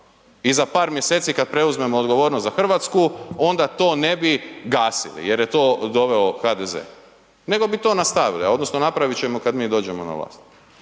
I za par mjeseci kad preuzmemo odgovornost za Hrvatsku onda to ne bi gasili jer je to doveo HDZ, nego bi to nastavili odnosno napravit ćemo kad mi dođemo na vlas.